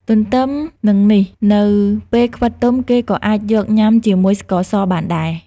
ទន្ទឹមនឹងនេះ នៅពេលខ្វិតទុំ គេក៏អាចយកញ៉ាំជាមួយស្ករសបានដែរ។